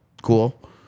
cool